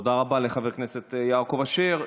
תודה רבה לחבר הכנסת יעקב אשר.